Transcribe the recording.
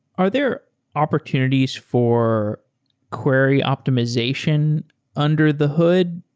are there opportunities for query optimization under the hood?